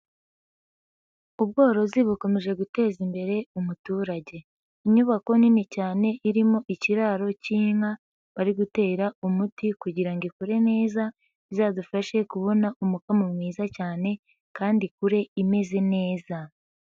Ubworozi bukomeje guteza imbere umuturage, inyubako nini cyane irimo ikiraro k'inka bari gutera umuti kugira ngo ikure neza, izadufashe kubona umukamo mwiza cyane kandi ikure imeze neza.